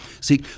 See